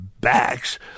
backs